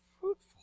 fruitful